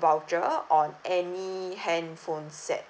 voucher on any handphone set